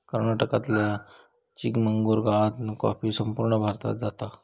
कर्नाटकातल्या चिकमंगलूर गावातना कॉफी संपूर्ण भारतात जाता